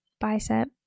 bicep